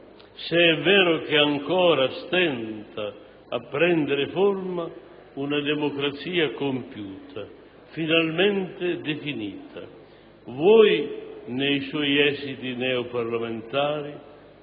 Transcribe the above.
se è vero che ancora stenta a prendere forma una democrazia compiuta, finalmente definita, vuoi nei suoi esiti neoparlamentari,